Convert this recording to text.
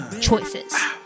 choices